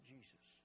Jesus